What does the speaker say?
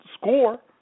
score